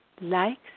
likes